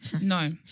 No